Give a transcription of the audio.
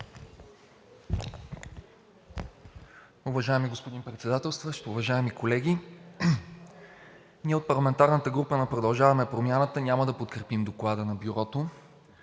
Уважаеми господин Председателстващ, уважаеми колеги! Ние от парламентарната група на „Продължаваме Промяната“ няма да подкрепим Доклада на Бюрото,